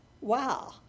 Wow